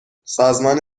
سازمان